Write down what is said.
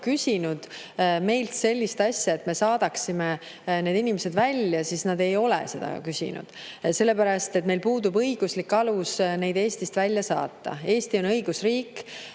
küsinud meilt sellist asja, et me saadaksime need inimesed välja? Nad ei ole seda küsinud, sellepärast et meil puudub õiguslik alus neid Eestist välja saada. Eesti on õigusriik.